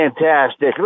fantastic